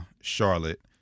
Charlotte